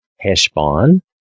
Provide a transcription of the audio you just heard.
Heshbon